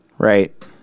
Right